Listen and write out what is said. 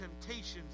Temptations